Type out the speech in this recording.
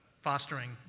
fostering